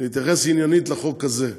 להתייחס עניינית לחוק הזה.